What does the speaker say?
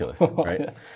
right